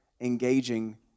engaging